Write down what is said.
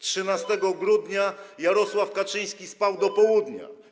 13 grudnia Jarosław Kaczyński spał do południa.